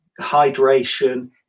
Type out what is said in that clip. hydration